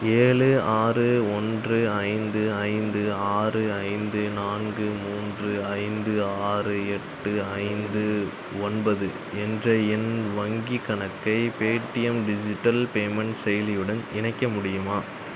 ஏழு ஆறு ஒன்று ஐந்து ஐந்து ஆறு ஐந்து நான்கு மூன்று ஐந்து ஆறு எட்டு ஐந்து ஒன்பது என்ற என் வங்கிக் கணக்கை பேடிஎம் டிஜிட்டல் பேமெண்ட் செயலியுடன் இணைக்க முடியுமா